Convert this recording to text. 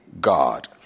God